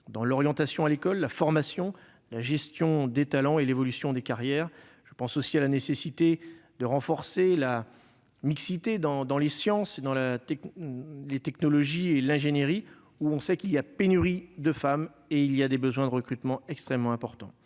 dans l'orientation à l'école, dans la formation, dans la gestion des talents et dans l'évolution des carrières. Je pense aussi à la nécessité de renforcer la mixité dans les sciences, les technologies et l'ingénierie, domaines où l'on sait qu'il y a pénurie de femmes alors que les besoins de recrutement sont extrêmement importants.